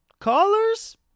Callers